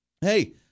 Hey